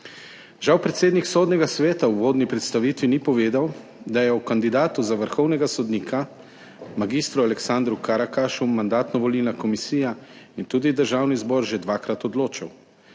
Žal predsednik Sodnega sveta v uvodni predstavitvi ni povedal, da sta o kandidatu za vrhovnega sodnika mag. Aleksandru Karakašu Mandatno-volilna komisija in tudi Državni zbor že dvakrat odločala.